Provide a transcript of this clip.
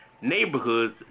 neighborhoods